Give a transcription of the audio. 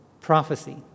prophecy